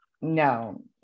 no